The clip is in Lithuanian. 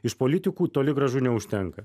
iš politikų toli gražu neužtenka